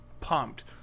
pumped